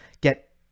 get